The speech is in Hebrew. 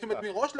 מראש להגיד: